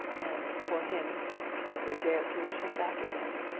and for him who would dare to wish him back again?